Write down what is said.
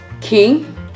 king